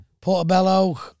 portobello